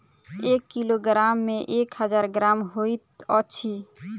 एक किलोग्राम मे एक हजार ग्राम होइत अछि